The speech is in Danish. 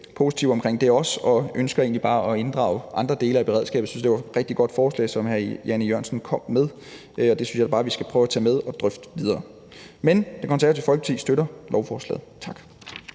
positive omkring det og ønsker egentlig bare at inddrage andre dele af beredskabet. Jeg synes, det var et rigtig godt forslag, som hr. Jan E. Jørgensen kom med, og det synes jeg da bare vi skal prøve at tage med og drøfte videre. Det Konservative Folkeparti støtter lovforslaget. Tak.